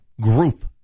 group